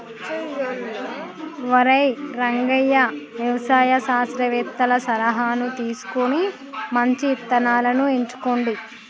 ఒరై రంగయ్య వ్యవసాయ శాస్త్రవేతల సలహాను తీసుకొని మంచి ఇత్తనాలను ఎంచుకోండి